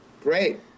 Great